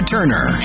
Turner